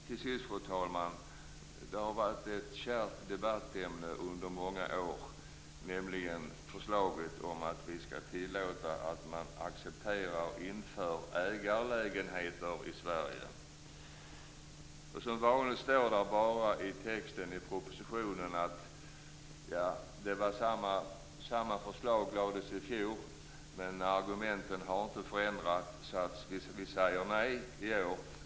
Till sist, fru talman, vill jag ta upp ett kärt debattämne under många år, nämligen förslag om införande av ägarlägenheter i Sverige. I propositionens text hänvisas som vanligt till att samma förslag har framlagts även föregående år men att argumenten inte har förändrats. Därför säger man nej även i år.